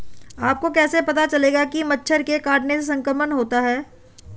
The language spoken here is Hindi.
आपको कैसे पता चलेगा कि मच्छर के काटने से संक्रमण होता है?